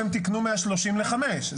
קודם כול הם תיקנו מה-30% ל-5%.